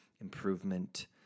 improvement